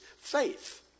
faith